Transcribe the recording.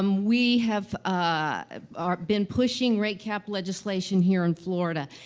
um we have, ah, um been pushing rate-cap legislation here in florida,